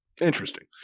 Interesting